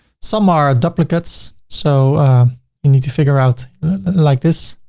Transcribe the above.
some are duplicates, so you need to figure out like this.